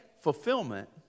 fulfillment